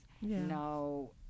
no